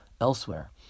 elsewhere